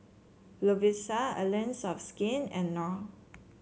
Lovisa Allies of Skin and Knorr